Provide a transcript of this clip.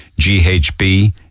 GHB